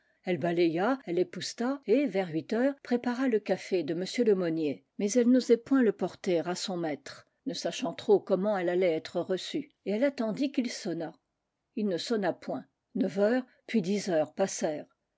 balaya elle épousseta et vers huit heures prépara le café de m lemonnier mais elle n'osait point le porter à son maître ne sachant trop comment elle allait être reçue et elle attendit qu'il sonnât il ne sonna point neuf heures puis dix heures